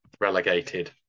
relegated